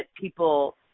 people